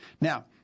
Now